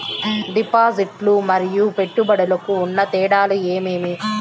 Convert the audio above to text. డిపాజిట్లు లు మరియు పెట్టుబడులకు ఉన్న తేడాలు ఏమేమీ?